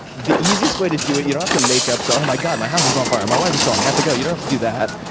the easiest way to do it you don't have to make up so oh, my god, my house is on fire, my wife is calling, i have to go. you don't have to do that.